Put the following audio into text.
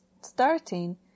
starting